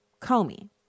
Comey